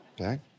Okay